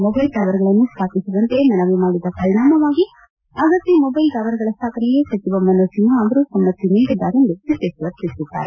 mobile ಟವರ್ಗಳನ್ನು ಸ್ಲಾಪಿಸುವಂತೆ ಮನವಿ ಮಾಡಿದ ಪರಿಣಾಮವಾಗಿ ಅಗತ್ಯ ಮೊಬೈಲ್ ಟವರ್ಗಳ ಸ್ವಾಪನೆಗೆ ಸಚಿವ ಮನೋಜ್ ಸಿನ್ವಾ ಅವರು ಸಮ್ಮತಿ ನೀಡಿದ್ದಾರೆಂದು ಸಿದ್ದೇಶ್ವರ್ ತಿಳಿಸಿದ್ದಾರೆ